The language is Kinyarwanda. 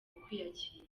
kwiyakira